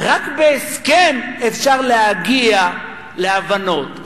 רק בהסכם אפשר להגיע להבנות.